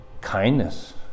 kindness